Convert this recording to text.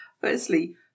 firstly